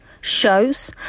shows